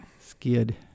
skid